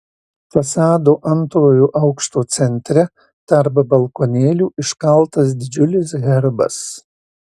fasado antrojo aukšto centre tarp balkonėlių iškaltas didžiulis herbas